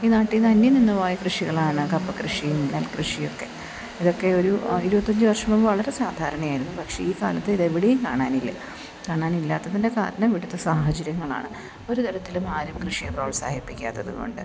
ഈ നാട്ടിൽ നിന്ന് അന്യം നിന്നു പോയ കൃഷികളാണ് കപ്പ കൃഷിയും നെൽ കൃഷിയുമൊക്കെ ഇതൊക്കെ ഒരു ഇരുപത്തി അഞ്ച് വർഷം മുമ്പ് വളരെ സാധാരണ ആയിരുന്നു പക്ഷേ ഈ കാലത്ത് ഇത് എവിടെയും കാണാനില്ല കാണാനില്ലാത്തതിൻ്റെ കാരണം ഇവിടത്തെ സാഹചര്യങ്ങളാണ് ഒരു തരത്തിലും ആരും കൃഷിയെ പ്രോത്സാഹിപ്പിക്കാത്തത് കൊണ്ട്